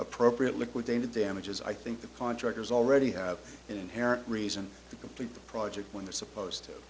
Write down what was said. appropriate liquidated damages i think the contractors already have an inherent reason to complete the project when they're supposed to